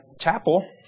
chapel